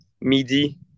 MIDI